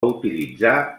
utilitzar